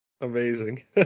Amazing